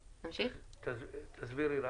תסבירי.